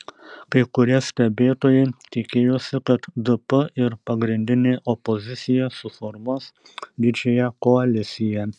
kai kurie stebėtojai tikėjosi kad dp ir pagrindinė opozicija suformuos didžiąją koaliciją